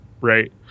right